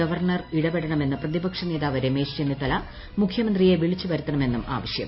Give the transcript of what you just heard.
governor ഇടപെടണമെന്ന് പ്രതിപക്ഷ നേതാവ് രമേശ് ചെന്നിത്തല മുഖ്യമന്ത്രിയെ വിളിച്ചു വരുത്തണമെന്നും ആവശ്യം